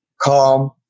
calm